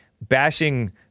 bashing